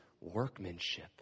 workmanship